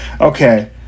Okay